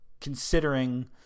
considering